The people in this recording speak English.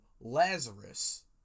Lazarus